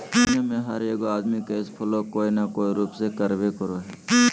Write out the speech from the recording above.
दुनिया में हर एगो आदमी कैश फ्लो कोय न कोय रूप में करबे करो हइ